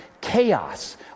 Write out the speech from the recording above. chaos